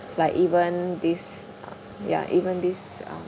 like even this ya even this uh